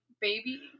baby